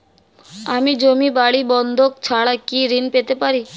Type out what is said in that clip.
আমি জমি বাড়ি বন্ধক ছাড়া কি ঋণ পেতে পারি?